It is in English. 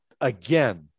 again